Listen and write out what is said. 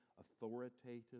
authoritative